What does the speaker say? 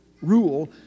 rule